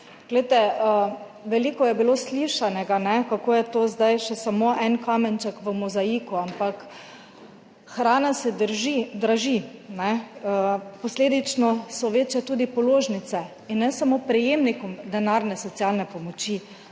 Glejte, veliko je bilo slišanega, kako je to zdaj še samo en kamenček v mozaiku. Ampak hrana se draži, posledično so višje tudi položnice, in ne samo prejemnikov denarne socialne pomoči,